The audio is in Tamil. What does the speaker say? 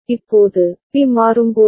இப்போது பி மாறும்போது